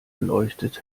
leuchtet